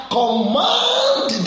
command